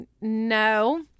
no